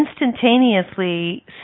instantaneously